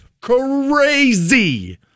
crazy